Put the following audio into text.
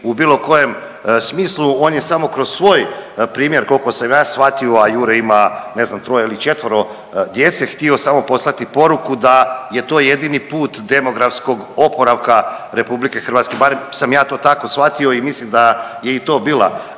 u bilo kojem smislu, on je samo kroz svoj primjer, koliko sam ja shvatio, a Jure ima, ne znam, troje ili četvoro djece, htio samo poslati poruku da je to jedini put demografskog oporavka RH, barem sam ja to tako shvatio i mislim da je i to bila